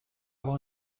avoir